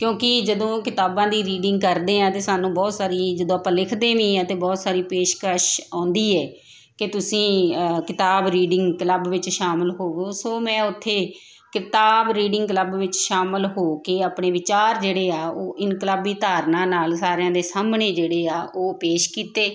ਕਿਉਂਕਿ ਜਦੋਂ ਕਿਤਾਬਾਂ ਦੀ ਰੀਡਿੰਗ ਕਰਦੇ ਹਾਂ ਅਤੇ ਸਾਨੂੰ ਬਹੁਤ ਸਾਰੀ ਜਦੋਂ ਆਪਾਂ ਲਿਖਦੇ ਵੀ ਹਾਂ ਤਾਂ ਬਹੁਤ ਸਾਰੀ ਪੇਸ਼ਕਸ਼ ਆਉਂਦੀ ਹੈ ਕਿ ਤੁਸੀਂ ਕਿਤਾਬ ਰੀਡਿੰਗ ਕਲੱਬ ਵਿੱਚ ਸ਼ਾਮਿਲ ਹੋਵੋ ਸੋ ਮੈਂ ਉੱਥੇ ਕਿਤਾਬ ਰੀਡਿੰਗ ਕਲੱਬ ਵਿੱਚ ਸ਼ਾਮਲ ਹੋ ਕੇ ਆਪਣੇ ਵਿਚਾਰ ਜਿਹੜੇ ਆ ਉਹ ਇਨਕਲਾਬੀ ਧਾਰਨਾ ਨਾਲ ਸਾਰਿਆਂ ਦੇ ਸਾਹਮਣੇ ਜਿਹੜੇ ਆ ਉਹ ਪੇਸ਼ ਕੀਤੇ